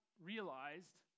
realized